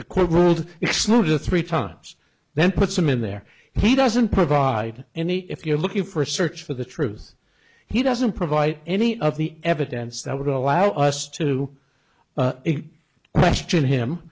the court ruled it's not the three times then puts them in there he doesn't provide any if you're looking for a search for the truth he doesn't provide any of the evidence that would allow us to question him